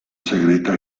segreta